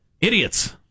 Idiots